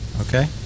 Okay